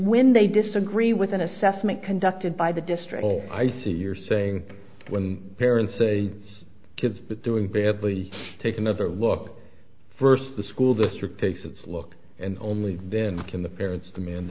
when they disagree with an assessment conducted by the district or i see you're saying when parents say kids but doing badly take another look first the school district takes a look and only then can the parents demand